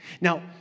Now